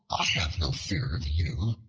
i have no fear of you,